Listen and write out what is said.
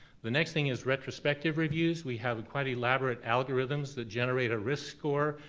the next thing is retrospective reviews. we have quite elaborate algorithms that generate a risk score.